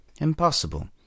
Impossible